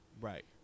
Right